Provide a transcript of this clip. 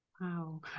Wow